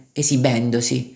esibendosi